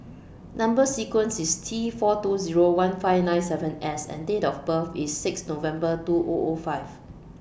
Number sequence IS T four two Zero one five nine seven S and Date of birth IS six November two O O five